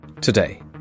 Today